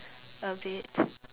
a bit